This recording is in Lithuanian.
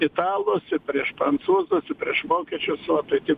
italus ir prieš prancūzus ir prieš vokiečius va tai taip kad